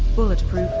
bulletproof